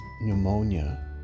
pneumonia